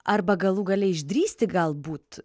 arba galų gale išdrįsti galbūt